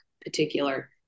particular